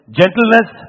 gentleness